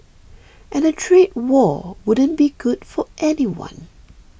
and a trade war wouldn't be good for anyone